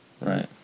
Right